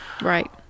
Right